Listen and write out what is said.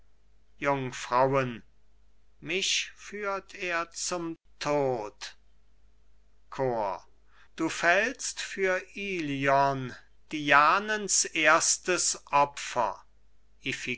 jungfrauen mich führt er zum tod chor du fällst für ilion dianens erstes